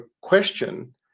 question